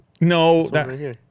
No